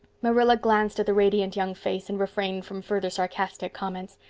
marilla glanced at the radiant young face and refrained from further sarcastic comments.